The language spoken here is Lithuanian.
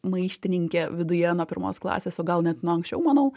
maištininkė viduje nuo pirmos klasės o gal net nuo anksčiau manau